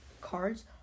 cards